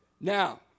Now